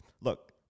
look